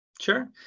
Sure